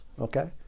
Okay